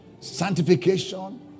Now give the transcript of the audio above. sanctification